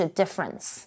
difference 。